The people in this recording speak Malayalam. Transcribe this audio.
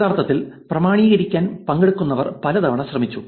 യഥാർത്ഥത്തിൽ പ്രാമാണീകരിക്കാൻ പങ്കെടുക്കുന്നവർ പലതവണ ശ്രമിച്ചു